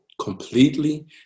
completely